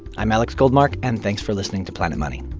i'm alex goldmark, and thanks for listening to planet money